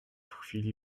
chwili